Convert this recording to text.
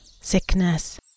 sickness